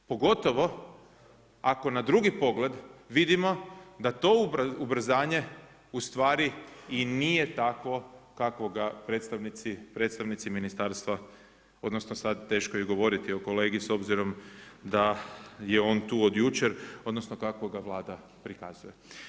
Pogotovo ako na drugi pogled vidimo da to ubrzanje ustvari i nije tako kakvo ga predstavnici ministarstva odnosno sad teško je govoriti o kolegi s obzirom da je on tu od jučer, odnosno kako ga Vlada prikazuje.